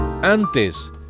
Antes